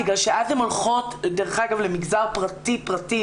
בגלל שאז הם הולכות למגזר פרטי פרטי,